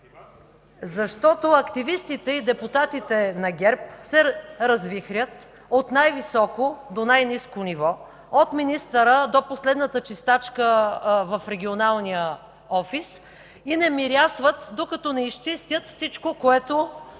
защото активистите и депутатите на ГЕРБ се развихрят от най високо до най-ниско ниво, от министъра до последната чистачка в регионалния офис и не мирясват, докато не изчистят всичко, което